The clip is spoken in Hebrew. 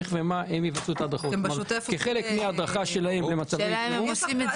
זה חלק מההדרכה שלהם למצבי חירום.